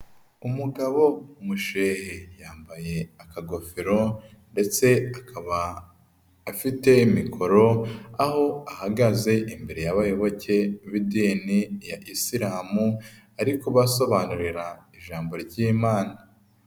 Umugabo w'umushehe yambaye akagofero ndetse akaba afite mikoro, aho ahagaze imbere y'abayoboke b'idini ya Isilamu ari kubasobanurira ijambo ry'Imana.